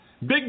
big